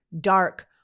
dark